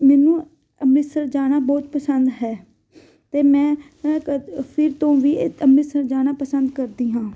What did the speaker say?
ਮੈਨੂੰ ਅੰਮ੍ਰਿਤਸਰ ਜਾਣਾ ਬਹੁਤ ਪਸੰਦ ਹੈ ਅਤੇ ਮੈਂ ਫਿਰ ਤੋਂ ਵੀ ਅੰਮ੍ਰਿਤਸਰ ਜਾਣਾ ਪਸੰਦ ਕਰਦੀ ਹਾਂ